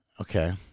Okay